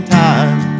time